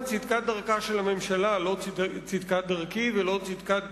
צדקת דרכה של הממשלה כמובן, לא צדקת דרכי ולא צדקת